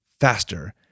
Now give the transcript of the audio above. faster